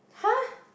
[huh]